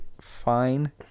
fine